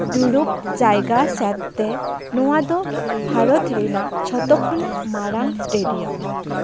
ᱫᱩᱲᱩᱵ ᱡᱟᱭᱜᱟ ᱥᱮᱫᱛᱮ ᱱᱚᱣᱟ ᱫᱚ ᱵᱷᱟᱨᱚᱛ ᱨᱮᱱᱟᱜ ᱡᱷᱚᱛᱚᱠᱷᱚᱱᱟᱜ ᱢᱟᱨᱟᱝ ᱮᱥᱴᱮᱰᱤᱭᱟᱢ